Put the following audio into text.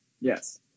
yes